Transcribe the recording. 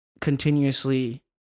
continuously